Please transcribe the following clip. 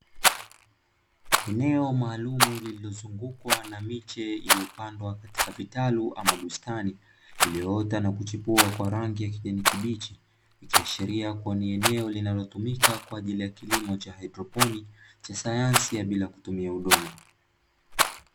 Eneo maalum lililozungukwa na miche iliyopandwa katika vitalu ama bustani, iliyoota na kuchipua kwa rangi ya kijani kibichi, ikiashiria kuwa ni eneo linalotumika kwaajili ya kilimo cha haidroponiki, cha sayansi ya bila kutumia udongo.